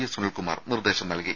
S Sunil Kumar നിർദ്ദേശം നൽകി